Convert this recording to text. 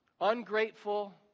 ungrateful